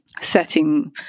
setting